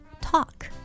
talk